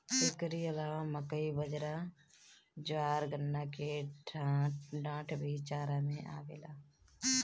एकरी अलावा मकई, बजरा, ज्वार, गन्ना के डाठ भी चारा में आवेला